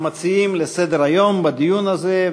המציעים הצעות לסדר-היום בדיון הזה.